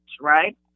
right